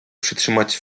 przytrzymać